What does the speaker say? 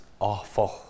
awful